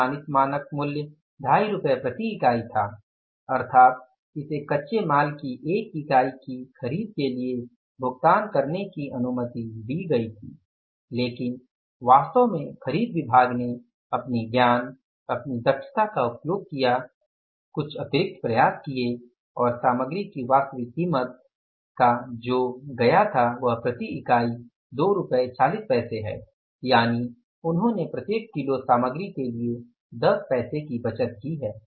अनुमानित मानक मूल्य 25 रुपये प्रति इकाई था अर्थात इसे कच्चे माल की 1 इकाई की खरीद के लिए भुगतान करने की अनुमति दी गई थी लेकिन वास्तव में खरीद विभाग ने अपने ज्ञान अपनी दक्षता का उपयोग किया कुछ अतिरिक्त प्रयास किए और सामग्री की वास्तविक कीमत का जो किया गया वह प्रति इकाई 24 है यानि उन्होंने प्रत्येक किलो सामग्री के लिए 10 पैसे की बचत की है